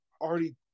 already